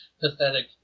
pathetic